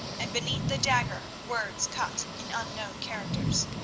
and beneath the dagger words cut in unknown characters.